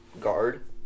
guard